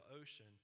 ocean